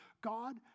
God